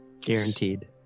Guaranteed